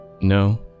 No